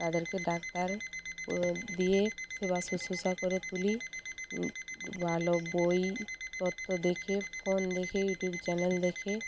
তাদেরকে ডাক্তার দিয়ে সেবা শুশ্রূষা করে তুলি বালো বইপত্র দেখে ফোন দেখে ইউটিউব চ্যানেল দেখে